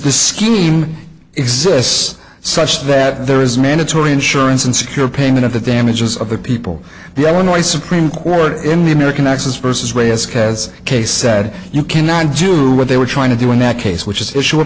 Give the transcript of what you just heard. the scheme exists such that there is mandatory insurance and secure payment of the damages of the people they were noisy supreme court in the american access versus re ask has case said you cannot do what they were trying to do in that case which is to sho